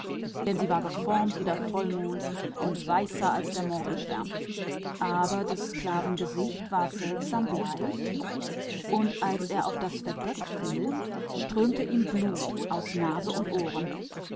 denn sie war an gestalt gleich dem vollen mond und weißer als der morgenstern aber sein gesicht war seltsam bleich und als er auf das deck fiel quoll ihm das blut aus nase und ohren